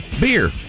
beer